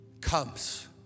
comes